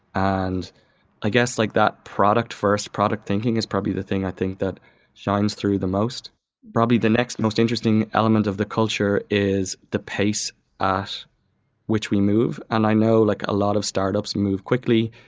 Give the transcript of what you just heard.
and i guess, like that product-first, product thinking is probably the thing i think that shines through the most probably the next most interesting element of the culture is the pace at which we move. and i know like a lot of startups move quickly.